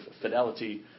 fidelity